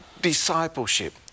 discipleship